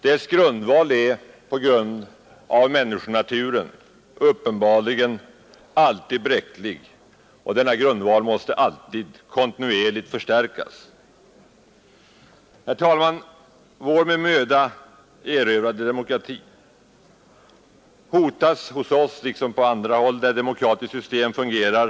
Dess grundval är på grund av människans natur uppenbarligen alltid bräcklig och måste kontinuerligt förstärkas. Herr talman! Vår med möda erövrade demokrati hotas alltid mer eller mindre hos oss liksom på andra håll, där demokratiska system fungerar.